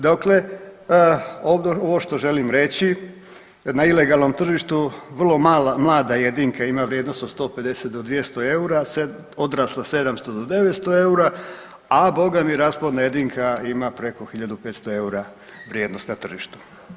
Dakle, ovo što želim reći na ilegalnom tržištu vrlo mlada jedinka ima vrijednost od 150 do 200 eura, odrasla od 700 do 900 eura, a boga mi rasplodna jedinka ima preko 1500 eura vrijednost na tržištu.